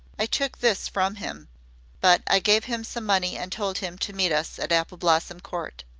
i took this from him but i gave him some money and told him to meet us at apple blossom court.